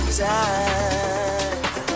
time